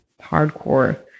hardcore